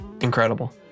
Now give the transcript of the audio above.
incredible